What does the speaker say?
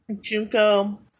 Junko